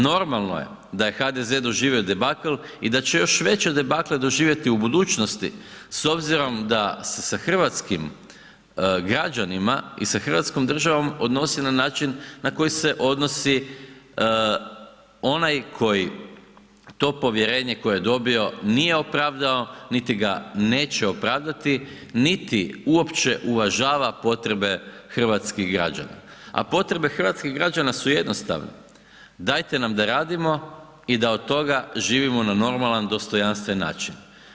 Normalno je da je HDZ doživio debakl i da će još veće debakle doživjeti u budućnosti s obzirom da se sa hrvatskim građanima i sa Hrvatskom državom odnosi na način na koji se odnosi onaj koji to povjerenje koje je dobio nije opravdao, niti ga neće opravdati, niti uopće uvažava potrebe hrvatskih građana, a potrebe hrvatskih građana su jednostavne, dajete nam da radimo i da od toga živimo na normalan dostojanstven način.